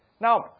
Now